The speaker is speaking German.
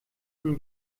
von